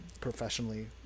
professionally